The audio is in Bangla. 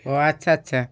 ও আচ্ছা আচ্ছা